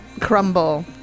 Crumble